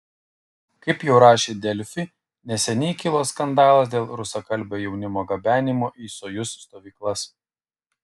kaip jau rašė delfi neseniai kilo skandalas dėl rusakalbio jaunimo gabenimo į sojuz stovyklas